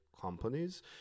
companies